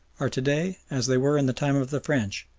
are to-day as they were in the time of the french,